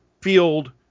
field